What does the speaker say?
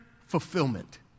fulfillment